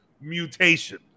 mutation